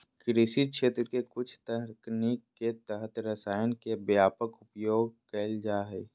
कृषि क्षेत्र के कुछ तकनीक के तहत रसायन के व्यापक उपयोग कैल जा हइ